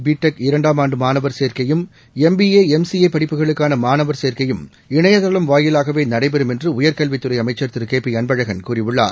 BTech இரண்டாம் ஆண்டுமாணவர் சேர்க்கையும் M B A M C படிப்புகளுக்கானமாணவர் சேர்க்கையும் இணையதளம் என்றுஉயர்கல்வித்துறைஅமைச்சர் திருகேபிஅன்பழகன் கூறியுள்ளார்